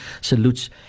salutes